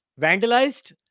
vandalized